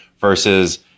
versus